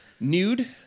Nude